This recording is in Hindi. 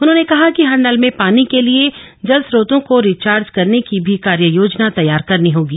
उन्होंने कहा कि हर नल में पानी के लिए जल स्त्रोतों को रिचार्ज करने की भी कार्य योजना तैयार करनी होगी